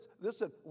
listen